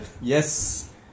Yes